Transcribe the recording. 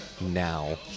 now